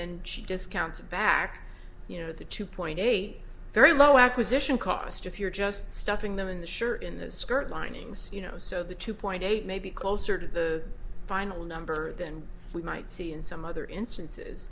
then she discounts back you know the two point eight very low acquisition cost if you're just stuffing them in the sure in those skirt linings you know so the two point eight may be closer to the final number than we might see in some other instances